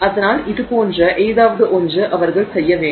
அதனால் அது போன்ற ஏதாவது ஒன்று அவர்கள் செய்ய வேண்டும்